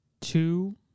two